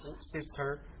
sister